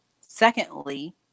secondly